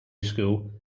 school